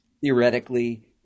theoretically